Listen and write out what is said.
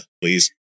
please